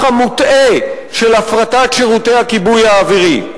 המוטעה של הפרטת שירותי הכיבוי האווירי.